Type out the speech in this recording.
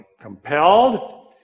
compelled